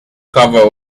covered